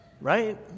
right